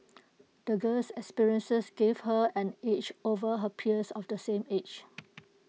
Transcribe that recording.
the girl's experiences gave her an edge over her peers of the same age